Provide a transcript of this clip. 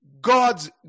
God's